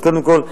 אז קודם כול,